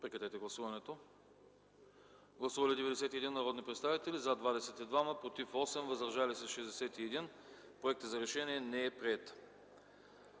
Проект за решение. Гласували 91 народни представители: за 22, против 8, въздържали се 61. Проектът за решение не е приет.